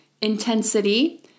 intensity